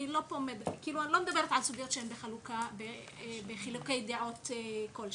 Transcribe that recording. אני לא מדברת על סוגיות שהן בחילוקי דעות כלשהן,